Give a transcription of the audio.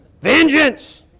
Vengeance